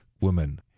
woman